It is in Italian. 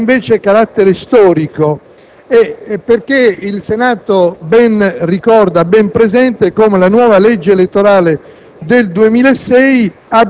La seconda ragione ha invece carattere storico, perché il Senato ben hapresente come la nuova legge elettorale